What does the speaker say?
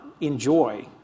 enjoy